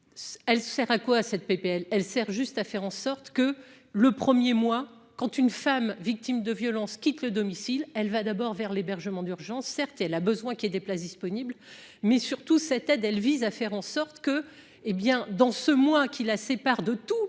elle sert à quoi cette PPL elle sert juste à faire en sorte. Que le premier mois, quand une femme victime de violences quitte le domicile, elle va d'abord vers l'hébergement d'urgence, certes elle a besoin qu'il y ait des places disponibles, mais surtout, cette aide, elle vise à faire en sorte que, hé bien dans ce moi qui la sépare de toutes